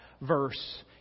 verse